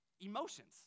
Emotions